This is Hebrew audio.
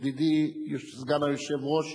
ידידי סגן היושב-ראש,